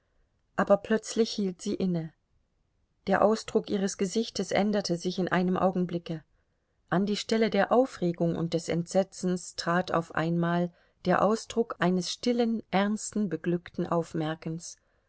aber plötzlich hielt sie inne der ausdruck ihres gesichtes änderte sich in einem augenblicke an die stelle der aufregung und des entsetzens trat auf einmal der ausdruck eines stillen ernsten beglückten aufmerkens